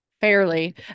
fairly